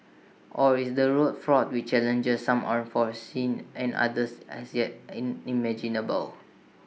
or is the road fraught with challenges some unforeseen and others as yet unimaginable